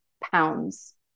pounds